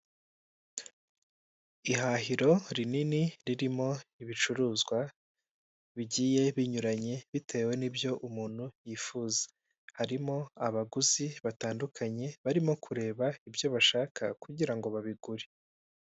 Ihahiro rinini ririmo ibicuruzwa bigiye binyuranye bitewe n'ibyo umuntu yifuza; harimo abaguzi batandukanye barimo kureba ibyo bashaka kugira ngo babigure.